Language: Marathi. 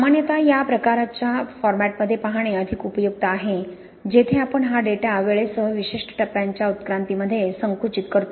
सामान्यत या प्रकारच्या फॉरमॅटमध्ये पाहणे अधिक उपयुक्त आहे जेथे आपण हा डेटा वेळेसह विशिष्ट टप्प्यांच्या उत्क्रांतीमध्ये संकुचित करतो